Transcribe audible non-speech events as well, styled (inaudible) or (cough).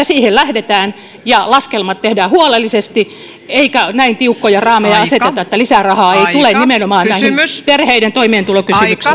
(unintelligible) siihen lähdetään ja laskelmat tehdään huolellisesti eikä näin tiukkoja raameja aseteta että lisärahaa ei tule nimenomaan näihin perheiden